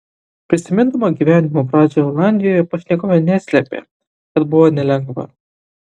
prisimindama gyvenimo pradžią olandijoje pašnekovė neslėpė kad buvo nelengva